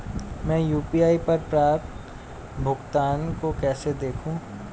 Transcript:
मैं यू.पी.आई पर प्राप्त भुगतान को कैसे देखूं?